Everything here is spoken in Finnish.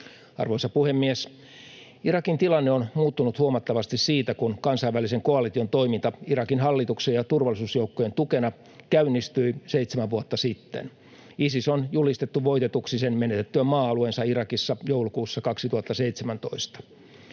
Arvoisa puhemies! Irakin tilanne on muuttunut huomattavasti siitä, kun kansainvälisen koalition toiminta Irakin hallituksen ja turvallisuusjoukkojen tukena käynnistyi seitsemän vuotta sitten. Isis on julistettu voitetuksi sen menetettyä maa-alueensa Irakissa joulukuussa 2017.